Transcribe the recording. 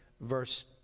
verse